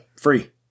free